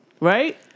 Right